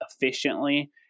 efficiently